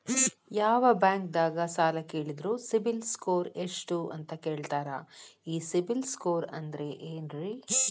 ಯಾವ ಬ್ಯಾಂಕ್ ದಾಗ ಸಾಲ ಕೇಳಿದರು ಸಿಬಿಲ್ ಸ್ಕೋರ್ ಎಷ್ಟು ಅಂತ ಕೇಳತಾರ, ಈ ಸಿಬಿಲ್ ಸ್ಕೋರ್ ಅಂದ್ರೆ ಏನ್ರಿ?